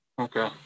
Okay